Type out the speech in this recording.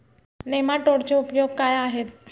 नेमाटोडचे उपयोग काय आहेत?